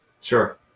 Sure